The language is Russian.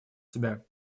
себя